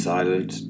Silent